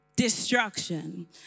destruction